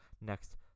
next